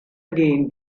again